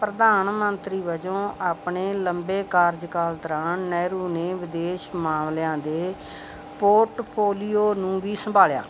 ਪ੍ਰਧਾਨ ਮੰਤਰੀ ਵਜੋਂ ਆਪਣੇ ਲੰਬੇ ਕਾਰਜਕਾਲ ਦੌਰਾਨ ਨਹਿਰੂ ਨੇ ਵਿਦੇਸ਼ ਮਾਮਲਿਆਂ ਦੇ ਪੋਰਟਫੋਲੀਓ ਨੂੰ ਵੀ ਸੰਭਾਲਿਆ